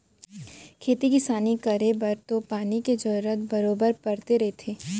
खेती किसान करे बर तो पानी के जरूरत बरोबर परते रथे